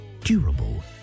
durable